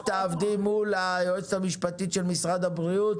את תעבדי מול היועצת המשפטית של משרד הבריאות.